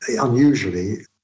unusually